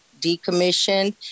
decommissioned